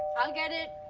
i'll get it.